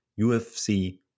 UFC